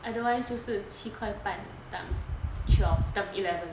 otherwise 就是七块半 times twelve times eleven